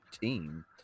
team